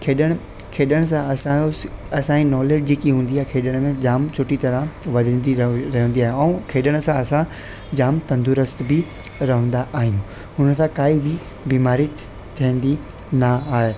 खेॾण खेॾण सां असांजो असांजी नॉलेज जेकी हूंदी आहे खेॾण में जाम सुठी तरह वधंदी रव रहंदी आहे ऐं खेॾण सां असां जाम तंदुरुस्त बि रहंदा आहियूं हुनसां काई बि बीमारी थींदी न आहे